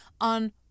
on